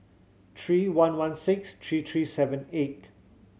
three one one six three three seven eight